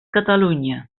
catalunya